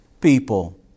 people